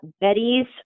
Betty's